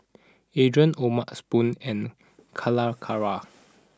Andre O'ma spoon and Calacara